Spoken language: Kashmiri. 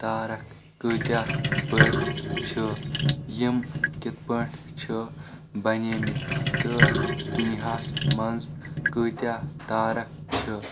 تارکھ کۭتیاہ بٔڑۍ چھ یِم کتھ پٲٹھۍ چِھ بنیٚمتۍ تہٕ دُنۍیاہَس منز کۭتیاہ تارکھ چھ